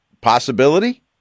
possibility